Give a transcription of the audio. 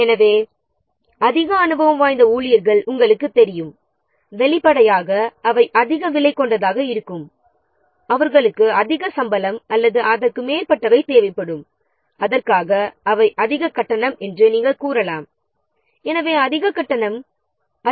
ஆனால் அதிக அனுபவம் வாய்ந்த ஊழியர்கள் அதிகச் செலவு கொண்டதாக இருப்பார்கள் என்பது நமக்கு வெளிப்படையாக தெரியும் அவர்களுக்கு அதிக சம்பளம் அல்லது அதிக கட்டணம் கேட்பார்கள்